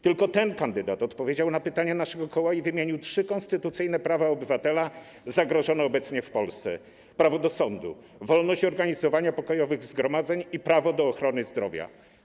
Tylko ten kandydat odpowiedział na pytania naszego koła i wymienił trzy konstytucyjne prawa obywatela zagrożone obecnie w Polsce: prawo do sądu, wolność organizowania pokojowych zgromadzeń i prawo do ochrony zdrowia.